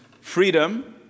freedom